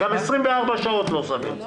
גם 24 שעות זה לא סביר.